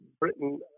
Britain